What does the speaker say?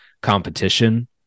competition